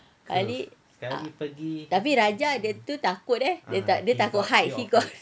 sekali ah tapi raja dia tu takut eh dia takut height